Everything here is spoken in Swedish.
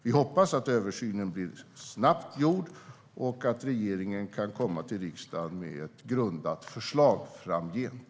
Vi hoppas att översynen görs snabbt och att regeringen kan komma till riksdagen med ett grundat förslag framgent.